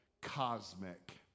cosmic